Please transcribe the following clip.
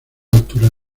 altura